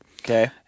Okay